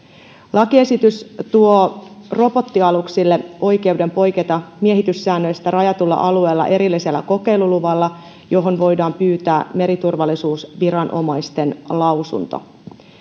lakiesitys tuo robottialuksille oikeuden poiketa miehityssäännöistä rajatulla alueella erillisellä kokeiluluvalla johon voidaan pyytää meriturvallisuusviranomaisten lausunto